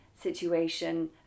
situation